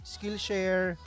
Skillshare